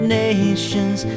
nations